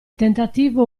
tentativo